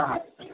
हा